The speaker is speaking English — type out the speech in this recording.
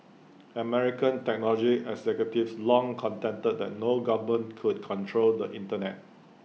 American technology executives long contended that no government could control the Internet